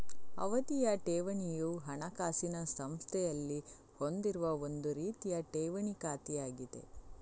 ಅವಧಿಯ ಠೇವಣಿಯು ಹಣಕಾಸಿನ ಸಂಸ್ಥೆಯಲ್ಲಿ ಹೊಂದಿರುವ ಒಂದು ರೀತಿಯ ಠೇವಣಿ ಖಾತೆಯಾಗಿದೆ